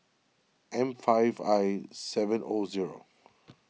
M five I seven O zero